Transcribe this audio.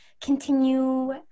continue